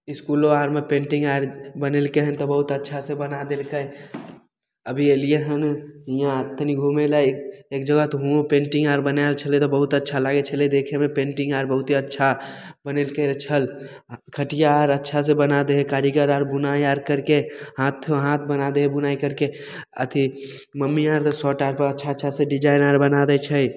इसकुलो आरमे पेन्टिंग आर बनेलकय हन तऽ बहुत अच्छासँ बना देलकय अभी अयलियै हन हियाँ तनी घूमे लए एक जगह तऽ हुओं पेन्टिंग आर बनायल छलै तऽ बहुत अच्छा लागय छलै देखयमे पेन्टिंग आर बहुत्ते अच्छा बनेलकय छल खटिया आर अच्छासँ बना दै हइ कारीगर आर बुनाइ आर करिके हाथो हाथ बना दै हइ बुनाइ करके अथी मम्मी आर तऽ शर्ट आरपर अच्छा अच्छा डिजाइन आर बना दै छै